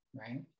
Right